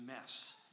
mess